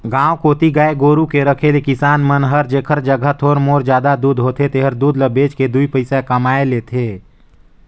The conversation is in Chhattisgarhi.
गांव कोती गाय गोरु के रखे ले किसान मन हर जेखर जघा थोर मोर जादा दूद होथे तेहर दूद ल बेच के दुइ पइसा कमाए लेथे